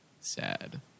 sad